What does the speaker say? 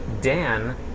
Dan